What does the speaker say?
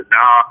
now